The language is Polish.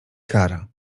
kara